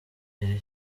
iri